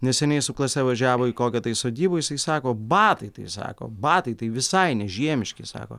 neseniai su klase važiavo į kokią tai sodybą jisai sako batai tai sako batai tai visai nežiemiški sako